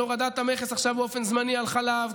על הורדת המכס עכשיו באופן זמני על חלב,